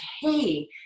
hey